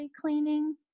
cleaning